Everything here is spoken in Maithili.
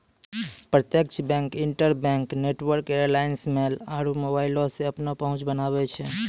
प्रत्यक्ष bank, interbank network alliance, mail आरु मोबाइलो से अपनो पहुंच बनाबै छै